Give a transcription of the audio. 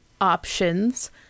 options